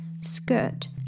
skirt